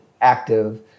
active